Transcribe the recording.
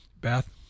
Beth